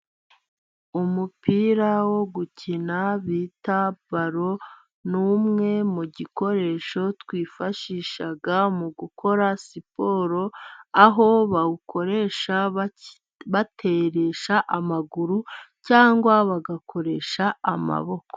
Umupira wo gukina bita balo, ni umwe mu gikoresho twifashisha mu gukora siporo, aho bawukoresha bateresha amaguru cyangwa bagakoresha amaboko.